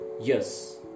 Yes